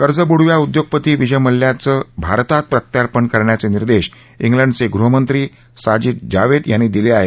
कर्जबुडव्या उद्योगपती विजय मल्ल्याचं भारतात प्रत्यार्पण करण्याचे निर्देश किंडचे गृहमंत्री साजिद जावेद यांनी दिले आहेत